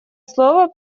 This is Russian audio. слово